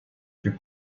plus